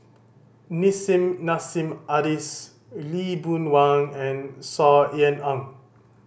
Nissim Nassim Adis Lee Boon Wang and Saw Ean Ang